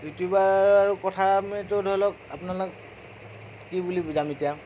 YouTuber কথা আমিতো ধৰিলওক আপোনালোক কি বুলি বুজাম এতিয়া